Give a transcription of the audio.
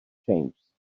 changes